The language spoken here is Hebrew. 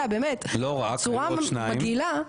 אתה יודע באמת בצורה מגעילה,